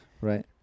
Right